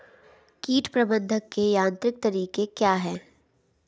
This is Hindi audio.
कीट प्रबंधक के यांत्रिक तरीके क्या हैं?